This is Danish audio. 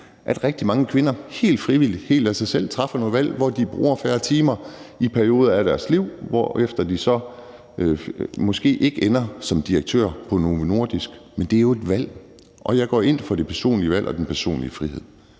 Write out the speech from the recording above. at rigtig mange kvinder helt frivilligt, helt af sig selv træffer nogle valg, hvor de bruger færre timer i perioder af deres liv på arbejde, hvorefter de så måske ikke ender som direktør på Novo Nordisk, men det er jo et valg. Og jeg går ind for det personlige valg og den personlige frihed.